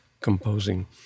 composing